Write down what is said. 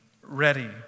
ready